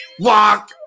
walk